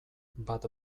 bat